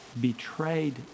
betrayed